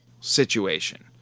situation